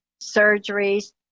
surgeries